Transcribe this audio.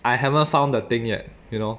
I haven't found the thing yet you know